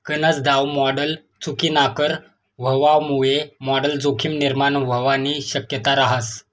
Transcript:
गनज दाव मॉडल चुकीनाकर व्हवामुये मॉडल जोखीम निर्माण व्हवानी शक्यता रहास